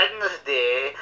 wednesday